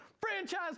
Franchise